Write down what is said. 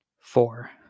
Four